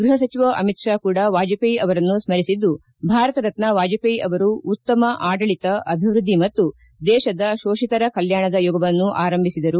ಗ್ವಹ ಸಚಿವ ಅಮಿತ್ ಶಾ ಕೂಡ ವಾಜಪೇಯಿ ಅವರನ್ನು ಸ್ಕರಿಸಿದ್ದು ಭಾರತ ರತ್ನ ವಾಜವೇಯಿ ಅವರು ಉತ್ತಮ ಆಡಳಿತ ಅಭಿವ್ಯದ್ಧಿ ಮತ್ತು ದೇಶದ ಕೋಷಿತರ ಕಲ್ಕಾಣದ ಯುಗವನ್ನು ಆರಂಭಿಸಿದರು